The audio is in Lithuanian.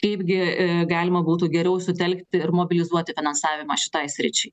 kaipgi galima būtų geriau sutelkti ir mobilizuoti finansavimą šitai sričiai